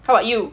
how about you